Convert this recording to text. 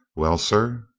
well, sir?